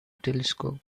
telescope